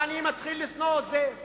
או אני מתחיל לשנוא מישהו אחר.